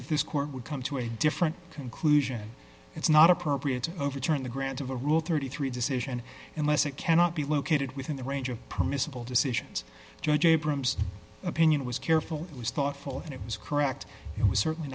if this court would come to a different conclusion it's not appropriate to overturn the grant of a rule thirty three dollars decision unless it cannot be located within the range of permissible decisions judge abrams opinion was careful it was thoughtful and it was correct it was certainly